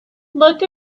look